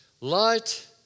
Light